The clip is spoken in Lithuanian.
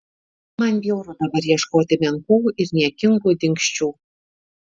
man bjauru dabar ieškoti menkų ir niekingų dingsčių